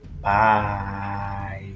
bye